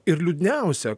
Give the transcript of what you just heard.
ir liūdniausia